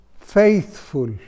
faithful